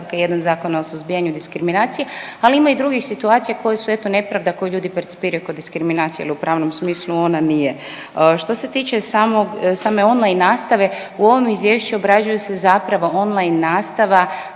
st. 1 Zakona o suzbijanju diskriminacije, ali ima i drugih situacija, koje su, eto, nepravda koju ljudi percipiraju kao diskriminaciju jer u pravnom smislu ona nije. Što se tiče samog, same online nastave, u ovom Izvješću obrađuju se zapravo online nastava